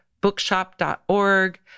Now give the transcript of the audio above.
bookshop.org